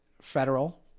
federal